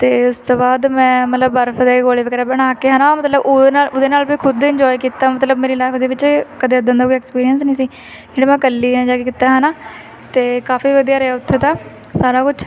ਅਤੇ ਉਸ ਤੋਂ ਬਾਅਦ ਮੈਂ ਮਤਲਬ ਬਰਫ ਦੇ ਗੋਲੇ ਵਗੈਰਾ ਬਣਾ ਕੇ ਹੈ ਨਾ ਮਤਲਬ ਉਹਦੇ ਨਾਲ ਉਹਦੇ ਨਾਲ ਵੀ ਖੁਦ ਇਨਜੋਏ ਕੀਤਾ ਮਤਲਬ ਮੇਰੀ ਲਾਈਫ ਦੇ ਵਿੱਚ ਕਦੇ ਇੱਦਾਂ ਦਾ ਕੋਈ ਐਕਸਪੀਰੀਅੰਸ ਨਹੀਂ ਸੀ ਜਿਹੜਾ ਮੈਂ ਇਕੱਲੀ ਨੇ ਜਾ ਕੇ ਕੀਤਾ ਹੈ ਨਾ ਅਤੇ ਕਾਫੀ ਵਧੀਆ ਰਿਹਾ ਉੱਥੇ ਤਾਂ ਸਾਰਾ ਕੁਛ